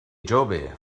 jove